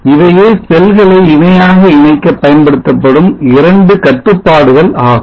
இவையே செல்களை இணையாக இணைக்க பயன்படுத்தப்படும் 2 கட்டுப்பாடுகள் ஆகும்